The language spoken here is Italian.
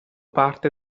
parte